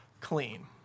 clean